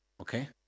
Okay